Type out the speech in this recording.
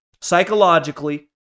psychologically